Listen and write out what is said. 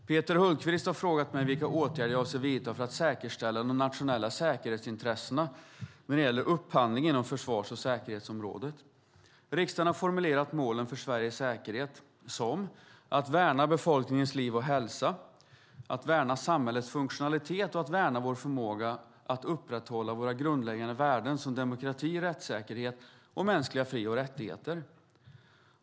Fru talman! Peter Hultqvist har frågat mig vilka åtgärder jag avser att vidta för att säkerställa de nationella säkerhetsintressena när det gäller upphandling inom försvars och säkerhetsområdet. Riksdagen har formulerat målen för Sveriges säkerhet som att värna befolkningens liv och hälsa, värna samhällets funktionalitet och värna vår förmåga att upprätthålla våra grundläggande värden som demokrati, rättssäkerhet och mänskliga fri och rättigheter.